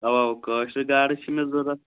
اَوا اَوا کٲشرِ گاڈٕ چھِ مےٚ ضروٗرت